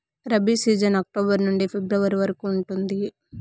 rabi season October నుండి February వరకు ఉంటుంది